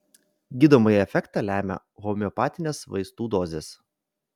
gydomąjį efektą lemia homeopatinės vaistų dozės